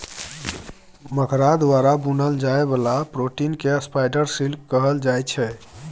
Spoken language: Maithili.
मकरा द्वारा बुनल जाइ बला प्रोटीन केँ स्पाइडर सिल्क कहल जाइ छै